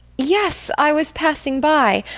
yes, i was passing by.